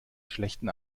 schlechten